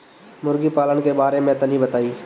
मुर्गी पालन के बारे में तनी बताई?